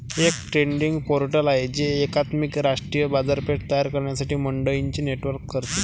एक trading portal आहे जे एकात्मिक राष्ट्रीय बाजारपेठ तयार करण्यासाठी मंडईंचे नेटवर्क करते